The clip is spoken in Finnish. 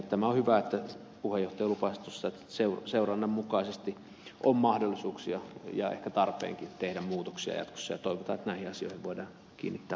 tämä on hyvä että puheenjohtaja lupasi tuossa että seurannan mukaisesti on mahdollisuuksia ja ehkä tarpeenkin tehdä muutoksia jatkossa ja toivotaan että näihin asioihin voidaan kiinnittää huomiota